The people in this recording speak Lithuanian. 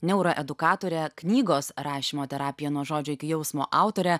neuroedukatorę knygos rašymo terapija nuo žodžio iki jausmo autorę